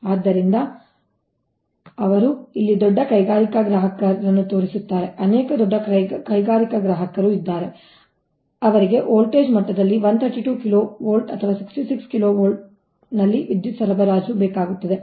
ಆದ್ದರಿಂದ ಅವರು ಇಲ್ಲಿ ದೊಡ್ಡ ಕೈಗಾರಿಕಾ ಗ್ರಾಹಕರನ್ನು ತೋರಿಸುತ್ತಾರೆ ಅನೇಕ ದೊಡ್ಡ ಕೈಗಾರಿಕಾ ಗ್ರಾಹಕರು ಇದ್ದಾರೆ ಅವರಿಗೆ ವೋಲ್ಟೇಜ್ ಮಟ್ಟದಲ್ಲಿ 132 kV ಅಥವಾ 66 kV ನಲ್ಲಿ ವಿದ್ಯುತ್ ಸರಬರಾಜು ಬೇಕಾಗುತ್ತದೆ